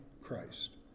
Christ